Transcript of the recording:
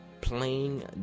playing